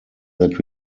that